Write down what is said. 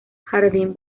jardín